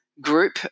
group